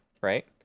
right